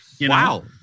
Wow